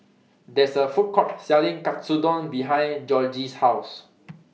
There IS A Food Court Selling Katsudon behind Georgie's House